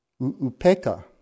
Upeka